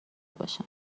باشم